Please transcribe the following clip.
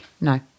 no